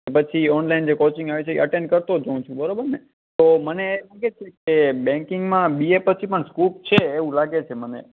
પછી ઓનલાઈન જે કોચિંગ આવે છે ઈ અટેન્ડ કરતો જ હોંઉ છુ બરોબરને તો મને એમ લાગે છે કે બેંકિંગમાં બી એ પછી પણ સ્કોપ છે એવું લાગે છે મને